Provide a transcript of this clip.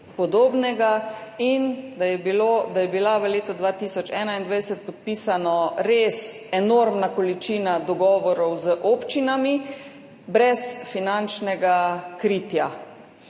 in da je bila v letu 2021 podpisana res enormna količina dogovorov z občinami brez finančnega kritja.